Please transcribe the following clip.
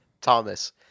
Thomas